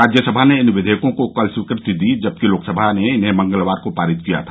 राज्यसभा ने इन क्षियकों को कल स्वीकृति दी जबकि लोकसभा ने इन्हें मंगलवार को पारित किया था